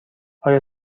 آیا